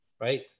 right